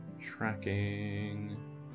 tracking